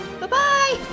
Bye-bye